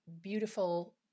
beautiful